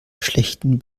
schlechten